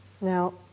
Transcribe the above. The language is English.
Now